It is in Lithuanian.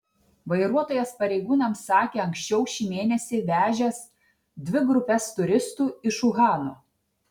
vairuotojas pareigūnams sakė anksčiau šį mėnesį vežęs dvi grupes turistų iš uhano